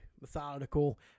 methodical